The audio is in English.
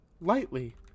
lightly